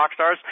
Rockstars